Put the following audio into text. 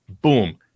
Boom